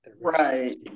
right